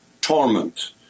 torment